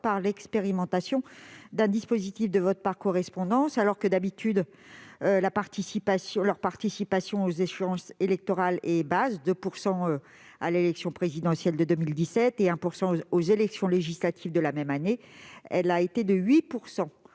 à l'expérimentation d'un dispositif de vote par correspondance. Alors que, d'habitude, leur participation aux échéances électorales est basse- 2 % à l'élection présidentielle de 2017 et 1 % aux élections législatives de la même année -, elle a été de 8 %.